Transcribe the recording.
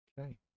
Okay